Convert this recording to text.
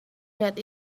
that